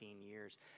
years